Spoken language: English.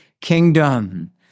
kingdom